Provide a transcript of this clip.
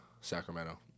sacramento